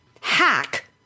hack